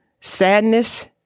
sadness